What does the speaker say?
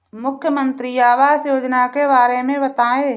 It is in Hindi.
मुख्यमंत्री आवास योजना के बारे में बताए?